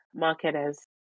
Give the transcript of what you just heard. marketer's